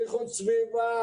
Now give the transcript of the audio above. איכות סביבה